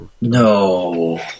no